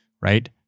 right